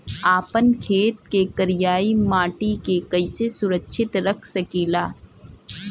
आपन खेत के करियाई माटी के कइसे सुरक्षित रख सकी ला?